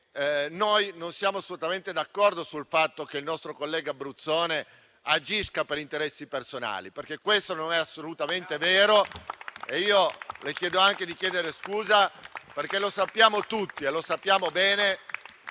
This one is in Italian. noi non siamo assolutamente d'accordo sul fatto che il nostro collega Bruzzone agisca per interessi personali perché questo non è assolutamente vero. Io le chiedo anche di chiedere scusa perché sappiamo tutti bene